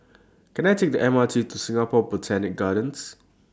Can I Take The M R T to Singapore Botanic Gardens